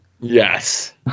Yes